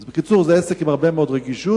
בקיצור, זה עסק עם הרבה מאוד רגישות.